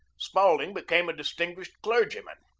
spaulding became a distinguished clergyman.